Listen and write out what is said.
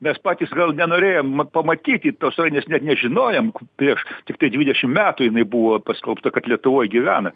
mes patys gal nenorėjom pamatyti tos rainės net nežinojome ku prieš tiktai dvidešim metų jinai buvo paskelbta kad lietuvoj gyvena